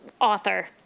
author